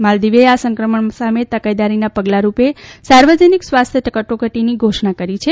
માલદીવે આ સંક્રમણ સામે તકેદારીના પગલારૂપે સાર્વજનિક સ્વાસ્ટ્ક કટોકટીની ઘોષણા કરી છે